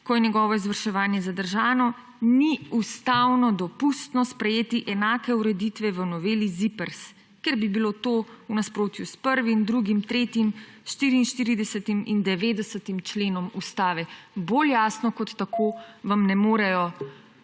ko je njegovo izvrševanje zadržano, ni ustavno dopustno sprejeti enake ureditve v noveli ZIPRS, ker bi bilo to v nasprotju s 1., 2., 3., 44. in 90. členom Ustave. Bolj jasno kot tako, vam ne morejo